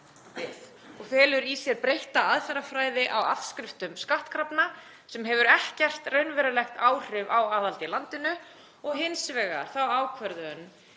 og fela í sér breytta aðferðafræði á afskriftum skattkrafna sem hefur engin raunverulegt áhrif á aðhald í landinu, og hins vegar þeirri ákvörðun